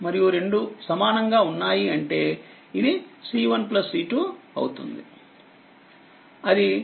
మరియు రెండు సమానంగా ఉన్నాయి అంటేఇదిC1 C2 అవుతుంది